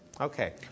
Okay